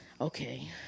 okay